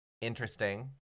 interesting